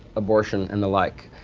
abortion, and the like.